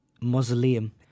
mausoleum